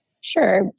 Sure